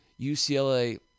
UCLA